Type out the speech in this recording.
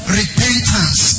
repentance